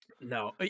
no